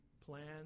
plan